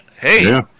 hey